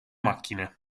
macchine